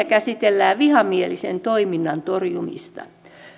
käsitellään vihamielisen toiminnan torjumista